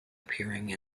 appearing